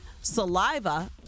saliva